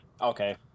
Okay